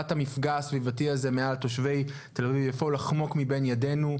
המפגע הסביבתי הזה מעל תושבי תל אביב-יפו לחמוק מבין ידנו.